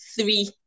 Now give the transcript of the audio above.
three